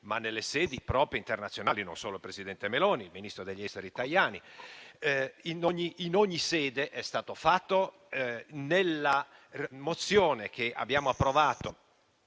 nelle sedi proprie internazionali; e non solo il presidente Meloni, ma anche il ministro degli esteri Tajani. In ogni sede è stato fatto e nella mozione che abbiamo approvato